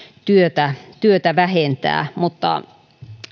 työtä työtä vähentää mutta